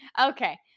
Okay